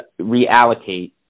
reallocate